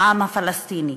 העם הפלסטיני,